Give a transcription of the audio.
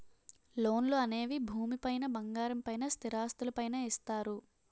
లోన్లు అనేవి భూమి పైన బంగారం పైన స్థిరాస్తులు పైన ఇస్తారు